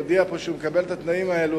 הודיע פה שהוא מקבל את התנאים האלה,